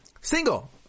single